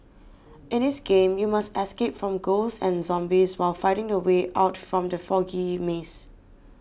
in this game you must escape from ghosts and zombies while finding the way out from the foggy maze